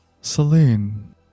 Celine